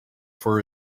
for